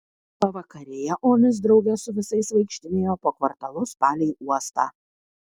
pavakarėje onis drauge su visais vaikštinėjo po kvartalus palei uostą